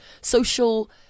social